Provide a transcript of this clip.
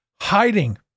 hiding